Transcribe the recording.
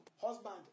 husband